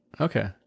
okay